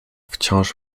wciąż